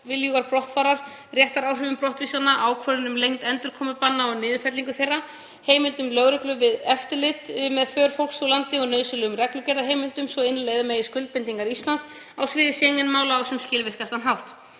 brottfarar, réttaráhrifum brottvísana, ákvörðunum um lengd endurkomubanna og niðurfellingu þeirra, heimildum lögreglu við eftirlit með för fólks úr landi og nauðsynlegum reglugerðarheimildum svo innleiða megi skuldbindingar Íslands á sviði Schengen-mála á sem skilvirkastan hátt.